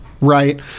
right